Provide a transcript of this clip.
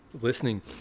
listening